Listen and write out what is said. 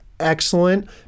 excellent